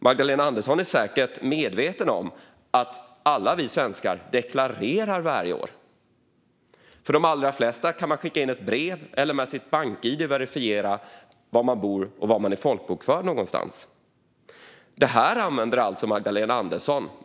Magdalena Andersson är säkert medveten om att alla vi svenskar deklarerar varje år. De allra flesta kan skicka in ett brev eller verifiera med sitt bank-id var man bor och var man är folkbokförd någonstans. Det här använder alltså Magdalena Andersson.